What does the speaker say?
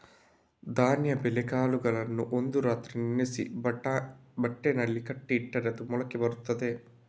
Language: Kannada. ಧಾನ್ಯ ಬೇಳೆಕಾಳುಗಳನ್ನ ಒಂದು ರಾತ್ರಿ ನೆನೆಸಿ ಬಟ್ಟೆನಲ್ಲಿ ಕಟ್ಟಿ ಇಟ್ರೆ ಅದು ಮೊಳಕೆ ಬರ್ತದೆ